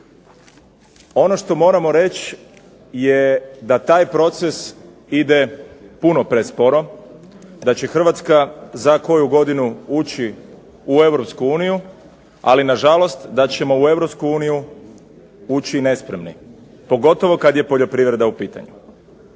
ono što moramo reći je da taj proces ide puno presporo. Da će Hrvatska za koju godinu ući u EU, ali nažalost da ćemo u EU ući nespremni, pogotovo kad je poljoprivreda u pitanju.